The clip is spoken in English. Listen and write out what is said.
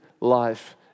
life